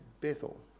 Bethel